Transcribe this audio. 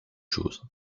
chose